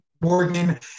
Morgan